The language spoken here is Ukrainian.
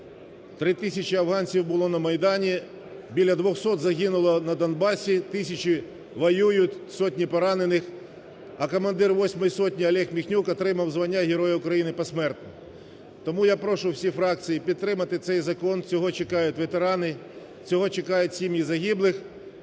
3 тисячі афганців було на Майдані, біля 200 загинуло на Донбасі, тисячі воюють, сотні поранених, а командир восьмої сотні Олег Міхнюк отримав звання Героя України посмертно. Тому я прошу всі фракції підтримати цей закон, цього чекають ветерани, цього чекають сім'ї загиблих